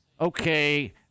okay